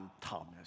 Thomas